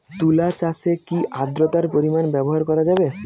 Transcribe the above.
তুলা চাষে কি আদ্রর্তার পরিমাণ ব্যবহার করা যাবে?